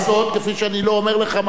כפי שאני לא אומר לך מה לומר.